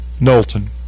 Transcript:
Knowlton